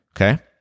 okay